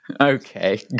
Okay